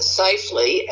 safely